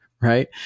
right